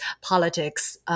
politics